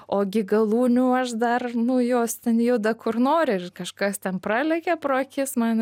o gi galūnių aš dar nu jos ten juda kur nori ir kažkas ten pralekia pro akis man